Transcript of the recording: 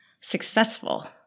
successful